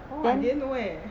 oh I didn't know eh